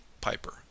Piper